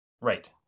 Right